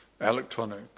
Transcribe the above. electronic